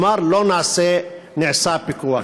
כלומר לא נעשה פיקוח.